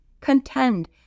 contend